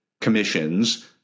commissions